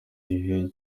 gihe